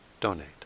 donate